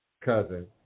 cousin